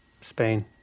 Spain